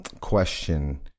question